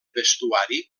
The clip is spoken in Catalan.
vestuari